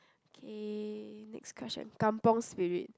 okay next question Kampung Spirit